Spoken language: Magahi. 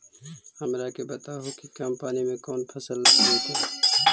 हमरा के बताहु कि कम पानी में कौन फसल लग जैतइ?